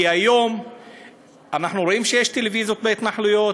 כי היום אנחנו רואים שיש טלוויזיות בהתנחלויות,